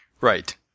Right